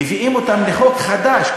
מביאים אותן לחוק חדש,